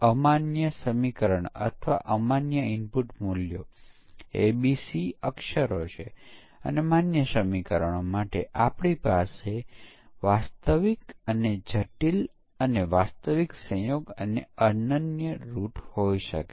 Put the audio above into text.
તેથી સમકક્ષ પાર્ટીશન કરવાની તકનિકથી જો આપણે એ જ પરીક્ષણ લાગુ પાડતા રહીએ તો બચી ગયેલા ભૂલો ક્યારેય દૂર નહીં થાય આપણે નવા પરીક્ષણો લાગુ કરવા પડશે જે નિર્ણય ટેબલ પરીક્ષણ વ્હાઇટ બોક્સ પરીક્ષણ પાથ પરીક્ષણ કે MCDC પરીક્ષણ વગેરે હોઈ શકે